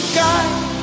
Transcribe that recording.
guide